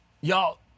y'all